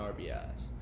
RBIs